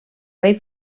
rei